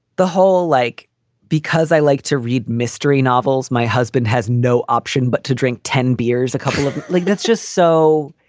the whole like because i like to read mystery novels, my husband has no option but to drink ten beers, a couple of like that's just so.